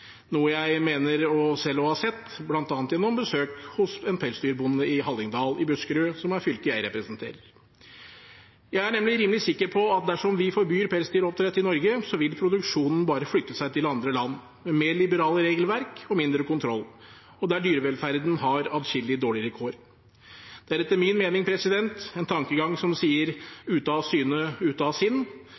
noe jeg selv mener å ha sett, bl.a. gjennom besøk hos en pelsdyrbonde i Hallingdal i Buskerud, som er fylket jeg representerer. Jeg er nemlig rimelig sikker på at dersom vi forbyr pelsdyroppdrett i Norge, vil produksjonen bare flytte seg til andre land med mer liberale regelverk og mindre kontroll, og der dyrevelferden har atskillig dårligere kår. Det er etter min mening en tankegang som sier «ute av syne, ute av sinn»,